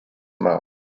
mouth